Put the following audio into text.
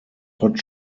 hot